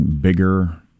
bigger